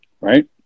Right